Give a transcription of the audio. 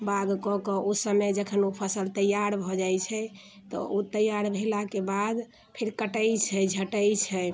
बाग कऽ कऽ ओ समय जखन ओ फसल तैआर भऽ जाइत छै तऽ ओ तैआर भेलाके बाद फेर कटैत छै झटैत छै